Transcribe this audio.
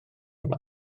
yma